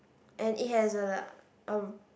and it has a lah um